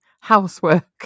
housework